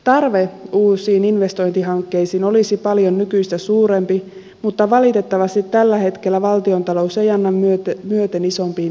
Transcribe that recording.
tarve uusiin investointihankkeisiin olisi paljon nykyistä suurempi mutta valitettavasti tällä hetkellä valtiontalous ei anna myöten myöten isompiin